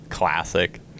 classic